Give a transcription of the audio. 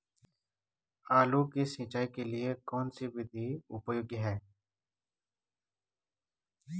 आलू की सिंचाई के लिए कौन सी विधि उपयोगी है?